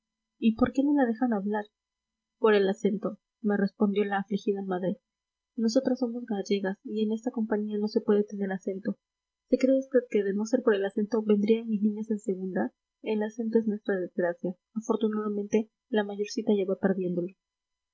y por qué no la dejan hablar por el acento me respondió la afligida madre nosotras somos gallegas y en esta compañía no se puede tener acento se cree usted que de no ser por el acento vendrían mis niñas en segunda el acento es nuestra desgracia afortunadamente la mayorcita ya va perdiéndolo